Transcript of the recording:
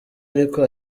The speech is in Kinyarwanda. ariko